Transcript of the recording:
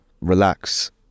Relax